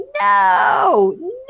no